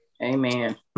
Amen